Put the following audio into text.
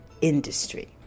industry